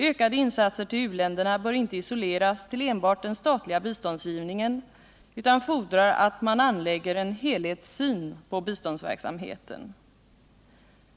Ökade insatser till u-länderna bör inte isoleras till enbart den statliga biståndsgivningen utan fordrar att man anlägger en helhetssyn på biståndsverksamheten.